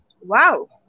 Wow